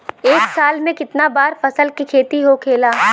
एक साल में कितना बार फसल के खेती होखेला?